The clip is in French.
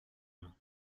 main